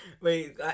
Wait